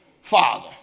father